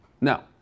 Now